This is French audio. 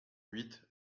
huit